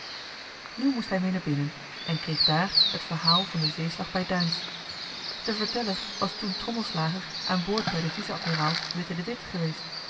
nu moest hij mee naar binnen en kreeg daar t verhaal van den zeeslag bij duins de verteller was toen trommelslager aan boord bij den vice-admiraal witte de with geweest